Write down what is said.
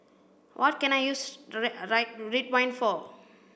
what can I use Ridwind for